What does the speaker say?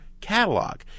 catalog